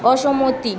অসম্মতি